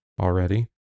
already